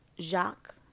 Jacques